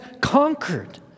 conquered